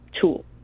tool